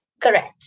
Correct